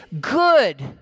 good